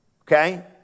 okay